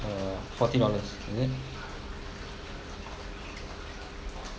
uh forty dollars is it